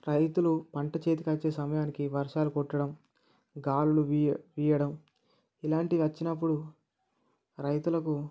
రైతులు పంట చేతికొచ్చే సమయానికి వర్షాలు కొట్టడం గాలులు వీయ వీయ్యాడం ఇలాంటివి వచ్చినప్పుడు రైతులకు